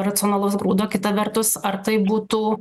racionalaus grūdo kita vertus ar taip būtų